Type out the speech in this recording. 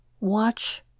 watch